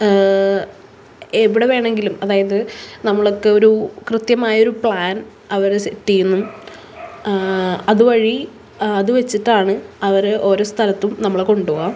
എവിടെ വേണമെങ്കിലും അതായത് നമുക്കൊരു കൃത്യമായൊരു പ്ലാന് അവർ സെറ്റ് ചെയ്യുന്നു അതുവഴി അത് വെച്ചിട്ടാണ് അവർ ഓരോ സ്ഥലത്തും നമ്മളെ കൊണ്ടുപോവുക